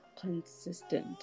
consistent